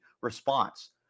response